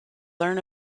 learn